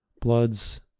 Bloods